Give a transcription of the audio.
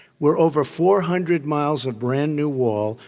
we're over four hundred miles of brand-new wall.